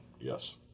yes